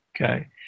Okay